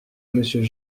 monsieur